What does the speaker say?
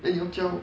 then 你又叫